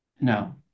no